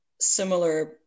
similar